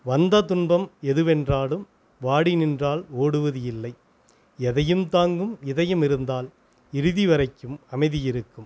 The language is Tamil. வந்த துன்பம் எதுவென்றாலும் வாடி நின்றால் ஓடுவது இல்லை எதையும் தாங்கும் இதயம் இருந்தால் இறுதி வரைக்கும் அமைதி இருக்கும்